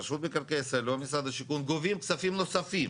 רשות מקרקעי ישראל או משרד השיכון גובים כספים נוספים